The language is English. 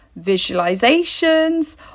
visualizations